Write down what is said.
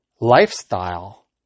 lifestyle